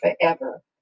forever